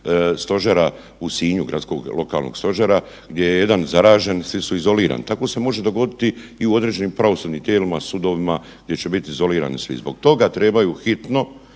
stožera u Sinju gradskog lokalnog stožera gdje je jedan zaražen svi su izolirani, tako se može dogoditi i u određenim pravosudnim tijelima sudovima gdje će biti izolirani svi. Zbog toga trebaju hitno